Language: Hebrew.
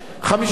58 נגד,